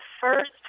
first